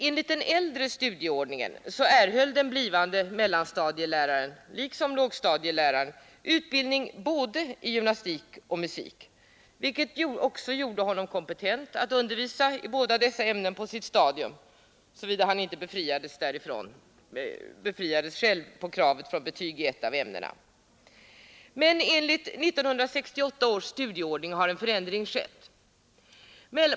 Enligt den äldre studieordningen erhöll den blivande mellanstadieläraren, liksom lågstadieläraren, utbildning i både gymnastik och musik, vilken gjorde honom kompetent att undervisa i båda dessa ämnen på sitt stadium, såvida han inte befriats från kravet på betyg i ett av ämnena. Men enligt 1968 års studieordning har en förändring skett.